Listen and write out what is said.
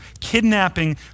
kidnapping